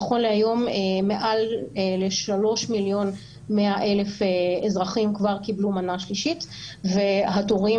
נכון להיום מעל ל-3.1 מיליון אזרחים כבר קיבלו מנה שלישית והתורים